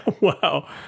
Wow